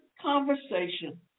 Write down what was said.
conversation